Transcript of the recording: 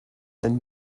and